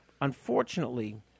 unfortunately